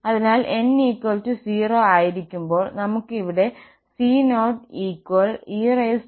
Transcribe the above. അതിനാൽ n 0 ആയിരിക്കുമ്പോൾ നമുക്ക് ഇവിടെ c0e0 1